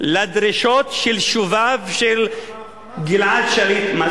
לדרישות של שוביו של גלעד שליט.